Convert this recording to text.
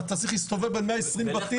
אתה צריך להסתובב ב-120 בתים.